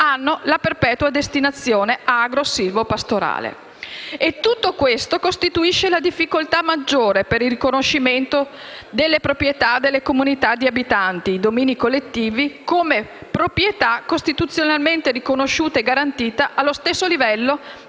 hanno la perpetua destinazione agrosilvopastorale. Tutto questo costituisce la difficoltà maggiore per il riconoscimento delle proprietà delle comunità di abitanti (domini collettivi) come proprietà costituzionalmente riconosciuta e garantita allo stesso livello